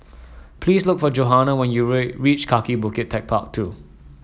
please look for Johannah when you reach Kaki Bukit TechparK Two